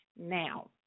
now